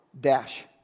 dash